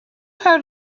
how